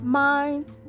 minds